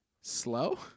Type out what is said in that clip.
Slow